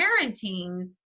parenting's